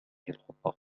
الخطة